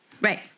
Right